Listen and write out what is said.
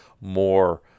more